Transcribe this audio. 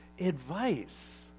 advice